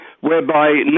Whereby